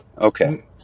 Okay